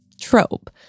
trope